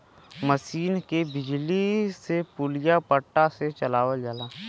मसीन के बिजली से पुलिया पट्टा से चलावल जाला